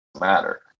matter